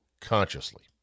consciously